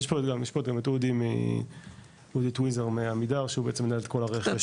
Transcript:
יש פה גם את אודי טוויזר מעמידר שהוא בעצם מנהל את כל הרכש.